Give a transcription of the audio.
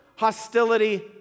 Hostility